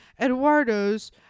Eduardo's